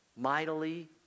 Mightily